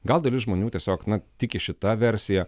gal dalis žmonių tiesiog na tiki šita versija